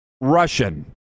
Russian